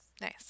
nice